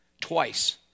twice